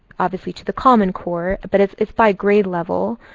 obviously to the common core, but it's it's by grade level.